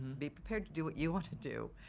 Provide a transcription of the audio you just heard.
be prepared to do what you want to do.